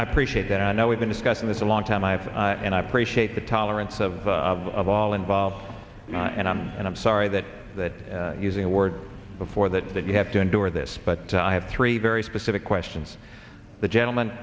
appreciate that i know we've been discussing this a long time i have and i appreciate the tolerance of of all involved and i'm and i'm sorry that that using the word before that that you have to endure this but i have three very specific questions the gentleman